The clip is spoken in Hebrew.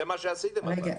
אבל זה מה שעשיתם הפעם.